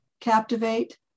Captivate